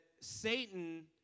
Satan